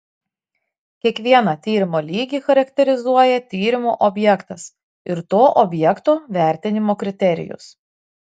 kiekvieną tyrimo lygį charakterizuoja tyrimo objektas ir to objekto vertinimo kriterijus